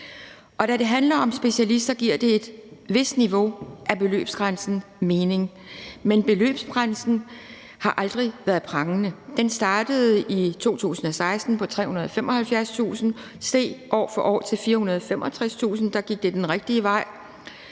Og da det handler om specialister, giver et vist niveau for beløbsgrænsen mening, men beløbsgrænsen har aldrig været prangende. Den startede i 2016 på 375.000 kr. og steg år for år til 465.000 kr. Der gik det den rigtige vej.